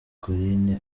collines